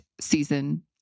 season